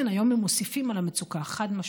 כן, היום הם מוסיפים על המצוקה, חד-משמעית,